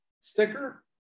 sticker